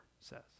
says